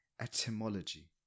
Etymology